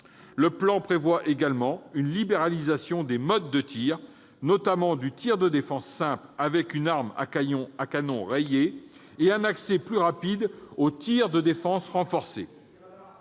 Le plan prévoit également une libéralisation des modes de tir, notamment du tir de défense simple avec une arme à canon rayé, et un accès plus rapide au tir de défense renforcée.